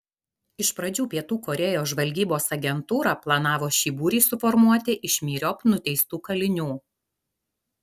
iš pradžių pietų korėjos žvalgybos agentūra planavo šį būrį suformuoti iš myriop nuteistų kalinių